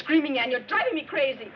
screaming and you're drive me crazy